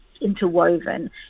interwoven